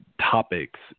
topics